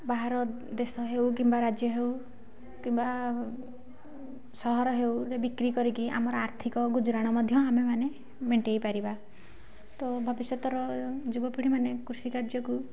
ବାହାର ଦେଶ ହେଉ କିମ୍ବା ରାଜ୍ୟ ହେଉ କିମ୍ବା ସହର ହେଉ ସେ ବିକ୍ରି କରିକି ଆମର ଆର୍ଥିକ ଗୁଜୁରାଣ ମଧ୍ୟ ଆମେମାନେ ମେଣ୍ଟାଇ ପାରିବା ତ ଭବିଷ୍ୟତର ଯୁବପିଢ଼ିମାନେ କୃଷିକାର୍ଯ୍ୟକୁ